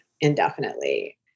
indefinitely